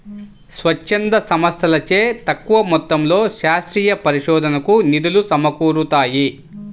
స్వచ్ఛంద సంస్థలచే తక్కువ మొత్తంలో శాస్త్రీయ పరిశోధనకు నిధులు సమకూరుతాయి